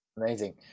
amazing